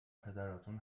پدراتون